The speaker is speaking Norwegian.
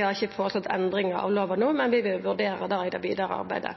har ikkje føreslått endring av lova no, men vi vil vurdera det i det vidare arbeidet.